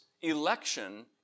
election